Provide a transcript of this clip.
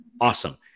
Awesome